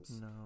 No